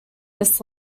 this